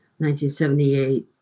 1978